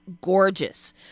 gorgeous